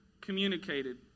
communicated